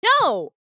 no